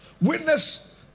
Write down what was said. Witness